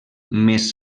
més